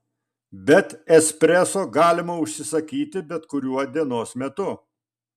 bet espreso galima užsisakyti bet kuriuo dienos metu